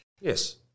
yes